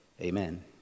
amen